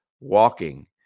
walking